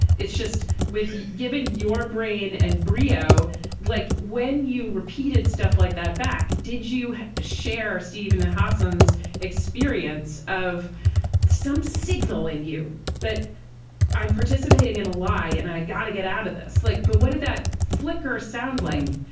it's just with giving your brain and breo like when you repeated stuff like that back did you share or steven a hodgson's experience of some signal in you that i'm participating in a lie and i got to get out of this? like but what did that flicker sound? long,